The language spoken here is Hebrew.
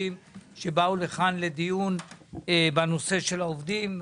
שהגיעו לכאן לדיון בנושא של העובדים.